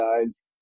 guys